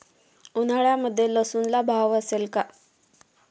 उन्हाळ्यामध्ये लसूणला भाव असेल का?